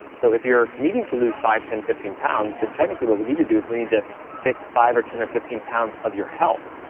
so if you're needing to lose five, ten, fifteen pounds, then technically what we need to do is we need to fix five or ten or fifteen pounds of your health.